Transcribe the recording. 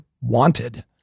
wanted